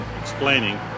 explaining